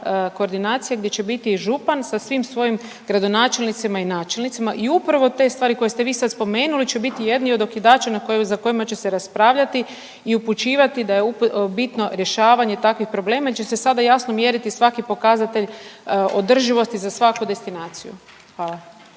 koordinacija gdje će biti i župan sa svim svojim gradonačelnicima i načelnicima i upravo te stvari koje ste vi sad spomenuli će biti jedni od okidača za kojima će se raspravljati i upućivati da je bitno rješavanje takvih problema jer će se sada jasno mjeriti svaki pokazatelj održivosti za svaku destinaciju, hvala.